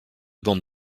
bande